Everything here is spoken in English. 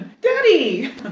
Daddy